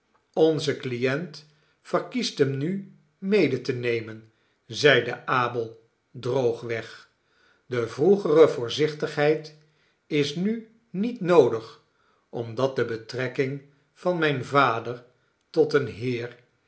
onze client verkiest hem nu mede te nemen zeide abel droogweg de vroegere voorzichtigheid is nu niet noodig omdat debetrekking van mijn vader tot een heer